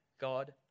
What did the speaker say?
God